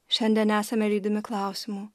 šiandien esame lydimi klausimų